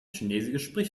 chinesisches